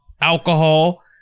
alcohol